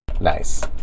Nice